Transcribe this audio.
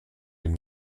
dem